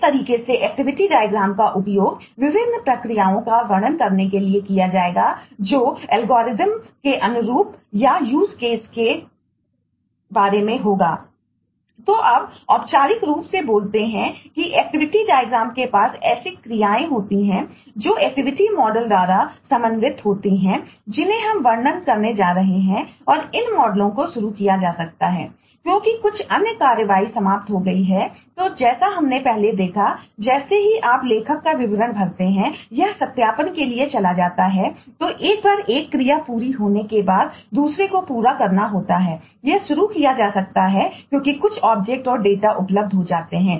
इस तरीके से एक्टिविटी डायग्राम के बो तो अब औपचारिक रूप से बोलते हैं कि एक्टिविटी डायग्रामउपलब्ध हो जाते हैं